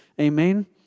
Amen